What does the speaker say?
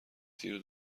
تیرو